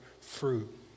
fruit